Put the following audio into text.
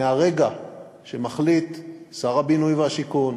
מהרגע שמחליט שר הבינוי והשיכון